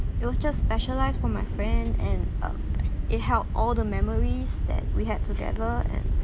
it was just specialised for my friend and uh it held all the memories that we had together and